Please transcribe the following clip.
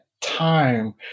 time